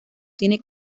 tiene